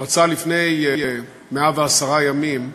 שפרצה לפני 110 ימים,